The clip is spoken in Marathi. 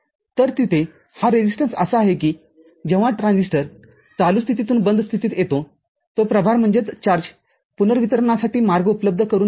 तर तिथे हा रेजिस्टन्स असा आहे की जेव्हा ट्रान्झिस्टर चालू स्थितीतून बंद स्थितीत येतो तो प्रभार पुनर्वितरणासाठी मार्ग उपलब्ध करून देत आहे